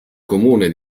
comune